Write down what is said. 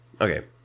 okay